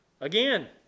again